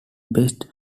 best